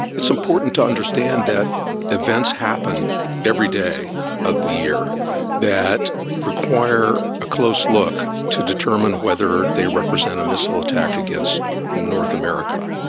it's important to understand that events happen every day of the year that require a close look to determine whether they represent a missile attack against north america.